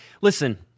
listen –